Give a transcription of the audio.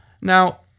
now